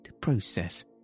process